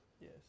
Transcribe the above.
Yes